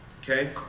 Okay